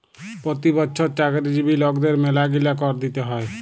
পতি বচ্ছর চাকরিজীবি লকদের ম্যালাগিলা কর দিতে হ্যয়